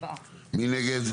מי נגד?